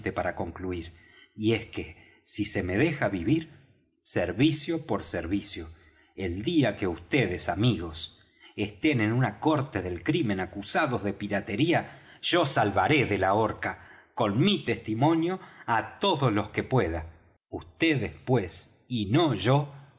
para concluir y es que si se me deja vivir servicio por servicio el día que vds amigos estén en una corte del crimen acusados de piratería yo salvaré de la horca con mi testimonio á todos los que pueda vds pues y no yo